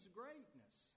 greatness